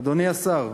אדוני השר,